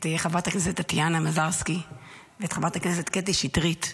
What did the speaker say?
את חברת הכנסת טטיאנה מזרסקי ואת חברת הכנסת קטי שטרית,